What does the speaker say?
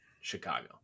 Chicago